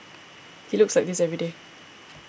he looks like this every day